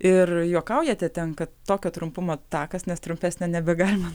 ir juokaujate tenka tokio trumpumo takas nes trumpesnio nebegalima